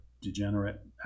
degenerate